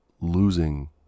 losing